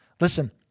Listen